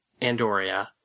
Andoria